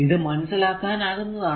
ഇത് മനസ്സിലാക്കാനാകുന്നതാണ്